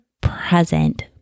present